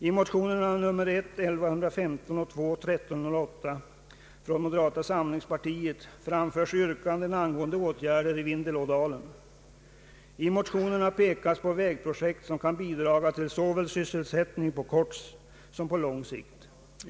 I motionerna I: 1115 och II: 1308 från moderata samlingspartiet framförs yrkanden angående åtgärder i Vindelådalen. I motionerna pekas på vägprojekt, som kan bidraga till sysselsättning såväl på kort som på längre sikt.